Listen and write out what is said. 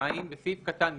"(2)בסעיף קטן (ג),